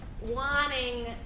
wanting